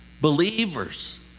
Believers